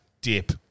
dip